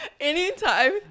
anytime